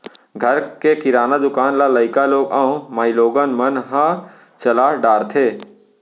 घर के किराना दुकान ल लइका लोग अउ माइलोगन मन ह चला डारथें